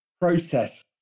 process